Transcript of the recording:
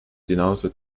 denounced